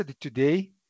today